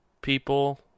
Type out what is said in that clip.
people